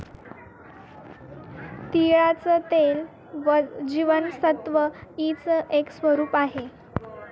तिळाचं तेल जीवनसत्व ई च एक स्वरूप आहे